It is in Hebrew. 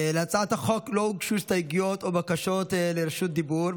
להצעת החוק לא הוגשו הסתייגויות או בקשות לרשות דיבור,